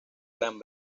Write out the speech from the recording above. gran